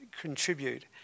contribute